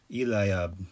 Eliab